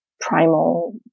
primal